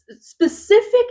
specific